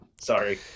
Sorry